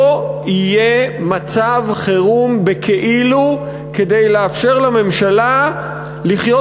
לא יהיה מצב חירום בכאילו כדי לאפשר לממשלה לחיות